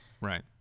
right